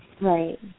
right